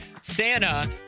Santa